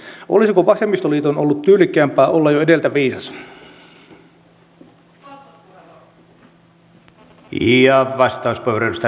olisiko vasemmistoliiton ollut tyylikkäämpää olla jo edeltä viisas